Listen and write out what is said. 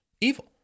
evil